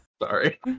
Sorry